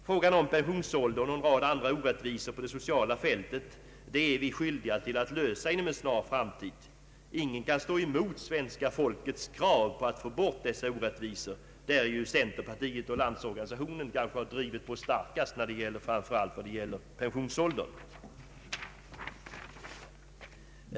Frågan om pensionsåldern och en rad andra orättvisor på det sociala fältet är vi skyldiga att lösa inom en snar framtid. Ingen kan stå emot svenska folkets krav på att få bort dessa orättvisor. Därvidlag är det centerpartiet och Landsorganisationen som har drivit på starkast, framför allt när det gäller pensionsåldern.